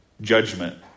judgment